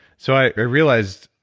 so i realized